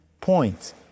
point